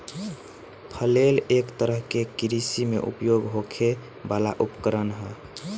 flail एक तरह के कृषि में उपयोग होखे वाला उपकरण ह